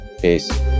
Peace